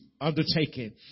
undertaken